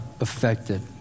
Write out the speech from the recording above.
affected